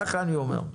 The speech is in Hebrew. ככה אני אומר.